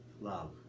love